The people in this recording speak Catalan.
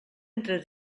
entre